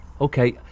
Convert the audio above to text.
Okay